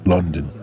London